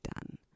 done